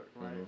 right